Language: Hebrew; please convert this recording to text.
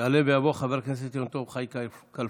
יעלה ויבוא חבר הכנסת יום טוב חי כלפון,